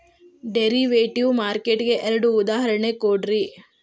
derivative market ಗೆ ಎರಡ್ ಉದಾಹರ್ಣಿ ಕೊಡ್ರಿ